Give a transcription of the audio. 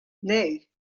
nee